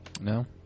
No